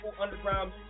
underground